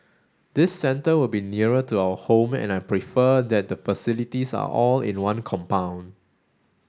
this centre will be nearer to our home and I prefer that the facilities are all in one compound